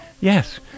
Yes